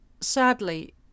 Sadly